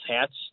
hats